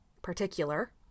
particular